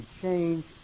change